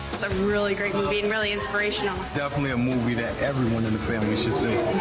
it's a really great movie and really inspirational. definitely a movie that everyone in the family should see.